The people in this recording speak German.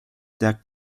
der